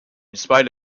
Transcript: spite